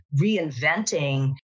reinventing